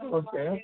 okay